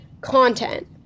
content